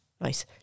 Nice